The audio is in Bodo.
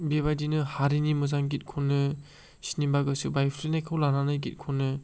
बेबायदिनो हारिनि मोजां गित खनो सिनिबा गोसो बायफ्लेनायखौ लानानै गित खनो